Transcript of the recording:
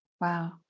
Wow